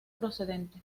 precedente